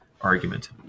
argument